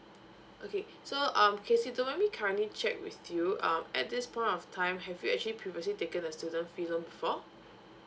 okay so um kesy don't mind me currently check with you um at this point of time have you actually previously taken the student fee loan before